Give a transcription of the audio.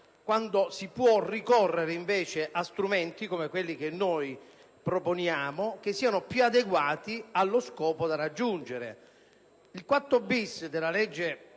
quando si può ricorrere invece a strumenti - come quelli che noi proponiamo - che siano più adeguati allo scopo da raggiungere. L'articolo 4-*bis* della legge n.